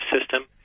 system